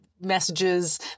messages